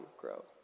grow